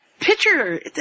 Picture